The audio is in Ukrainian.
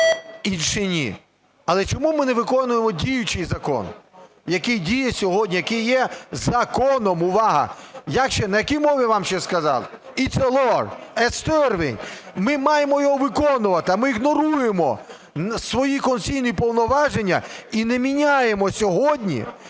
інші ні. Але чому ми не виконуємо діючий закон, який діє сьогодні, який є законом (увага!), на якій мові вам ще сказати, (вислів іноземною мовою) . Ми маємо його виконувати, а ми ігноруємо свої конституційні повноваження і не міняємо сьогодні